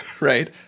right